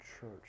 church